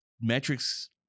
metrics